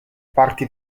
parti